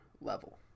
level